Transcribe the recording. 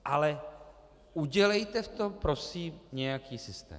Ale udělejte v tom prosím nějaký systém.